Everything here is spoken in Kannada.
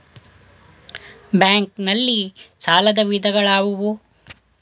ಬ್ಯಾಂಕ್ ನಲ್ಲಿ ಸಾಲದ ವಿಧಗಳಾವುವು?